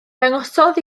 dangosodd